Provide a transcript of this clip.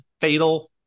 fatal